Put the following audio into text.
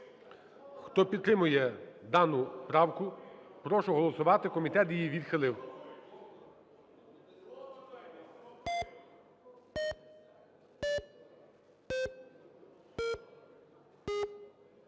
Хто підтримує дану правку, прошу голосувати. Комітет її відхилив.